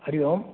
Hari Om